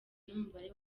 n’umubare